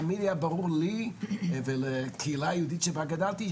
תמיד היה ברור לי ולקהילה היהודית שבה גדלתי,